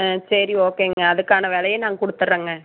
ஆ சரி ஓகேங்க அதுக்கான விலையும் நாங்க கொடுத்தர்றங்க